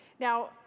Now